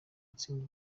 atsinda